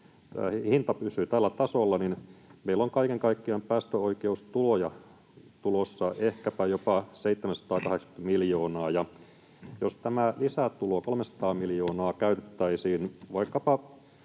hinta pysyy tällä tasolla, niin meillä on päästöoikeustuloja tulossa kaiken kaikkiaan ehkäpä jopa 780 miljoonaa. Ja jos tämä lisätulo, 300 miljoonaa, käytettäisiin vaikkapa